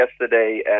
yesterday